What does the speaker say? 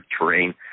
terrain